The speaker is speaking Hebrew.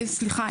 סליחה,